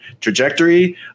trajectory